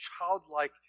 childlike